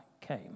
came